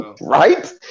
Right